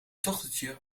dochtertje